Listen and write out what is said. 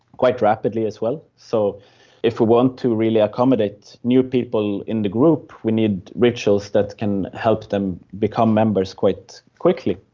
quite rapidly as well. so if we want to really accommodate new people in the group we need rituals that can help them become members quite quickly.